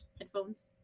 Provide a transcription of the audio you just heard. Headphones